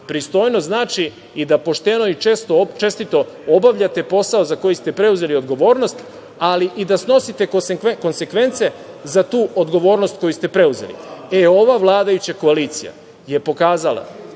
Pristojnost znači i da pošteno i čestito obavljate posao za koji ste preuzeli odgovornost, ali i da snosite konsekvence za tu odgovornost koju ste preuzeli. Ova vladajuća koalicija je pokazala